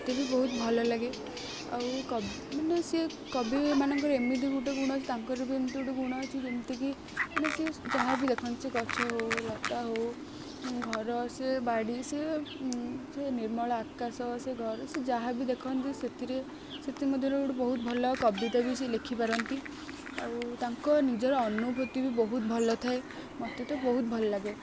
ମୋତେ ବି ବହୁତ ଭଲ ଲାଗେ ଆଉ କବ ମାନେ ସିଏ କବି ମାନଙ୍କର ଏମିତି ଗୋଟେ ଗୁଣ ଅଛି ତାଙ୍କର ଏମିତି ଗୋଟେ ଗୁଣ ଅଛି ଯେମିତିକି ସେ ଯାହା ବି ଦେଖନ୍ତି ସେ ଗଛ ହଉ ଲତା ହଉ ଘର ସେ ବାଡ଼ି ସେ ସେ ନିର୍ମଳ ଆକାଶ ସେ ଘର ସେ ଯାହା ବି ଦେଖନ୍ତି ସେଥିରେ ସେଥି ମଧ୍ୟରୁ ଗୋଟେ ବହୁତ ଭଲ କବିତା ବି ସେ ଲେଖିପାରନ୍ତି ଆଉ ତାଙ୍କ ନିଜର ଅନୁଭୂତି ବି ବହୁତ ଭଲ ଥାଏ ମୋତେ ତ ବହୁତ ଭଲ ଲାଗେ